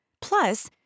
plus